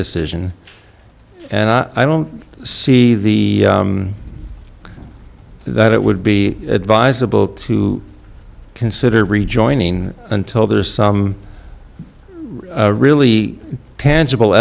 decision and i don't see the that it would be advisable to consider rejoining until there's some really tangible